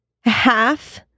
half